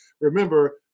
remember